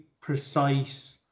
precise